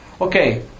Okay